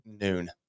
noon